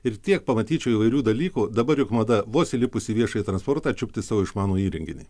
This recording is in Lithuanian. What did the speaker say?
ir tiek pamatyčiau įvairių dalykų dabar juk mada vos įlipus į viešąjį transportą čiupti savo išmanųjį įrenginį